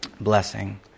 blessing